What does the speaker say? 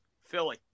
Philly